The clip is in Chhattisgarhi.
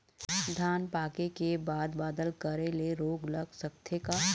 धान पाके के बाद बादल करे ले रोग लग सकथे का?